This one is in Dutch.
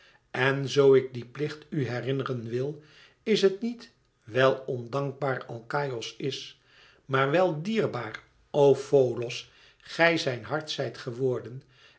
en zoo ik dien plicht u herinneren wil is het niet wijl ondankbaar alkaïos is maar wijl dierbaar o folos gij zijn hart zijt geworden